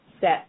set